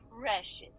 precious